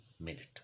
minute